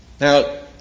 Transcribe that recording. Now